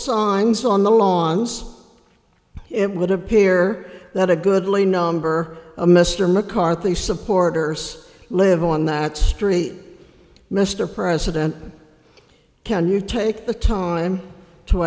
signs on the lawns it would appear that a goodly number of mr mccarthy supporters live on that street mr president can you take the time to